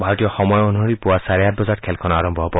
ভাৰতীয় সময় অনুসৰি পুৱা চাৰে আঠ বজাত খেলখন আৰম্ভ হ'ব